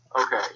Okay